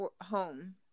home